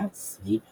ונבנתה סביב הגטו.